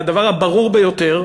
הדבר הברור ביותר,